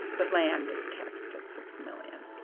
the land is taxed at six million.